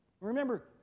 Remember